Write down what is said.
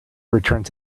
returned